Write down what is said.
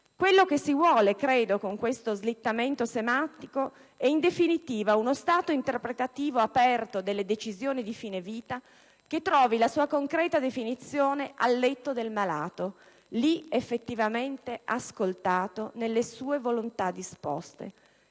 Quello che si vuole, credo, con questo slittamento semantico è, in definitiva, uno stato interpretativo aperto delle decisioni di fine vita che trovi la sua concreta definizione al letto del malato, lì effettivamente ascoltato nelle sue volontà disposte;